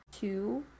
Two